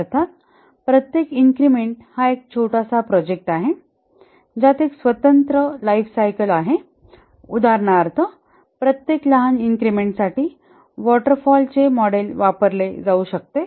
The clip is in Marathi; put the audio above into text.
अर्थात प्रत्येक इन्क्रिमेंट हा एक छोटासा प्रोजेक्ट आहे ज्यात एक स्वतंत्र लाइफ सायकल आहे उदाहरणार्थ प्रत्येक लहान इन्क्रिमेंटसाठी वॉटर फॉल चे मॉडेल वापरले जाऊ शकते